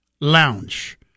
Lounge